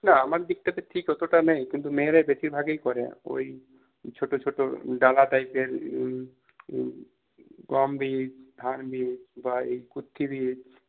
না আমার দিকটাতে ঠিক অতটা নেই কিন্তু মেয়েরা বেশির ভাগই করে ওই ছোটো ছোটো ডালা টাইপের গম বীজ ধান বীজ বা এই কুত্থি বীজ